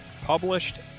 published